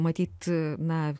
matyt na